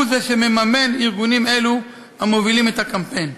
הוא זה שמממן ארגונים אלו המובילים את הקמפיין.